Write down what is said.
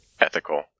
ethical